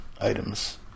items